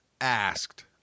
asked